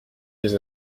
les